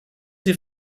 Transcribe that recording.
hier